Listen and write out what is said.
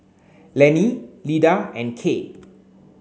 Lenny Lyda and Kaye